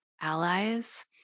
allies